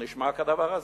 הנשמע כדבר הזה?